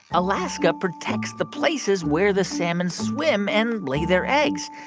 alaska protects the places where the salmon swim and lay their eggs.